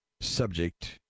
subject